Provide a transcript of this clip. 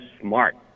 smart